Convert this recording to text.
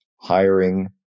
hiring